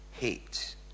Hate